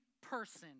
person